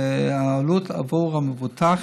העלות עבור המבוטח,